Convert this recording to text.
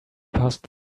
past